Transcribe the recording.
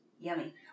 yummy